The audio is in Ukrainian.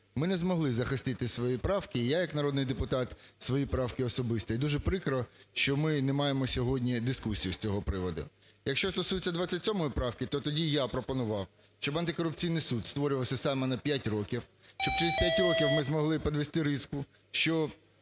ми не змогли захистити свої правки, я як народний депутат свої правки особисті. І дуже прикро, що ми не маємо сьогодні дискусію з цього приводу. Якщо стосується 27-ї правки, то тоді я пропонував, щоб антикорупційний суд створювався саме на 5 років, щоб через 5 років ми змогли підвести риску, що